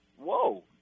Whoa